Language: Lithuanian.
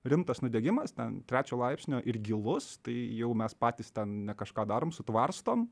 rimtas nudegimas ten trečio laipsnio ir gilus tai jau mes patys ten ne kažką darom sutvarstom